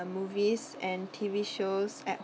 movies and T_V shows at